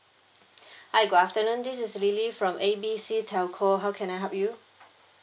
hi good afternoon this is lily from A B C telco how can I help you